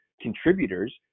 contributors